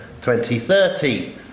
2030